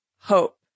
hope